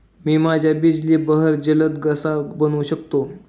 मी माझ्या बिजली बहर जलद कसा बनवू शकतो?